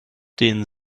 den